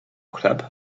chleb